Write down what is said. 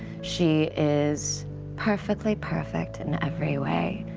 she is perfectly perfect in every way.